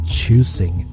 choosing